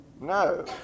No